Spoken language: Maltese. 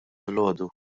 filgħodu